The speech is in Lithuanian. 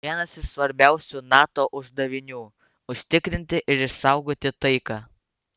vienas iš svarbiausių nato uždavinių užtikrinti ir išsaugoti taiką